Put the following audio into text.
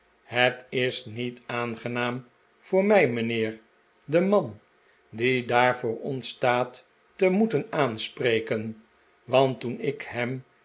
het is niet aangenaam voor mij mijnheer den man die daar voor ons staat te moeten aanspreken want toen ik hem